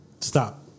stop